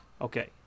Okay